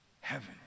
Heaven